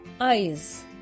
eyes